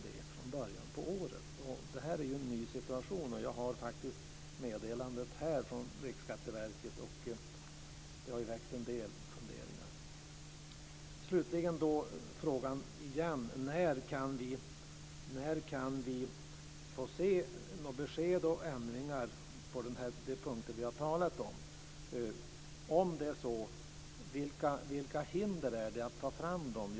Detta är en ny situation, och jag har faktiskt meddelandet från Riksskatteverket här, och det har väckt en del funderingar. Slutligen vill jag återigen ställa frågan: När kan vi få besked om ändringar på de punkter som vi har talat om? Vilka hinder finns det mot att ta fram sådana?